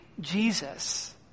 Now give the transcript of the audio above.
Jesus